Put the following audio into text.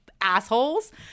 assholes